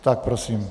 Tak prosím.